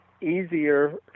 easier